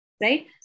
Right